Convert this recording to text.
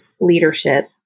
leadership